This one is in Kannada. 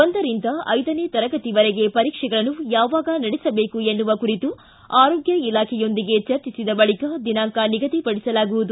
ಒಂದರಿಂದ ಐದನೇ ತರಗತಿವರೆಗೆ ಪರೀಕ್ಷೆಗಳನ್ನು ಯಾವಾಗ ನಡೆಸಬೇಕು ಎನ್ನುವ ಕುರಿತು ಆರೋಗ್ಯ ಇಲಾಖೆಯೊಂದಿಗೆ ಚರ್ಚಿಸಿದ ಬಳಿಕ ದಿನಾಂಕ ನಿಗದಿಪಡಿಸಲಾಗುವುದು